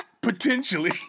potentially